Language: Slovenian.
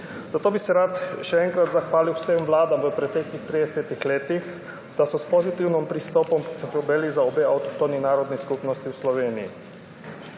zato bi se rad še enkrat zahvalil vsem vladam v preteklih 30 letih, da so s pozitivnim pristopom skrbele za obe avtohtoni narodni skupnosti v Sloveniji.